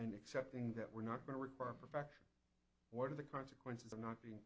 and accepting that we're not going to require perfection what are the consequences of not being